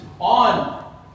on